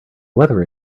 weather